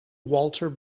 walter